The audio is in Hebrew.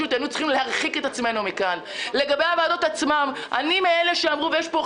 אני מקווה שאת מקשיבה לי,